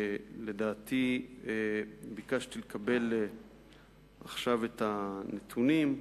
לדעתי, ביקשתי לקבל עכשיו את הנתונים,